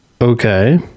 okay